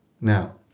Now